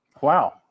Wow